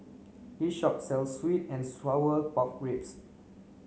this shop sells sweet and sour pork ribs